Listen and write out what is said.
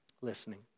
listening